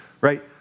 right